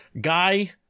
Guy